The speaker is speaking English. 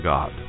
God